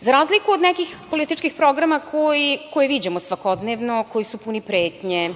za razliku od nekih političkih programa koje viđamo svakodnevno, koji su puni pretnje,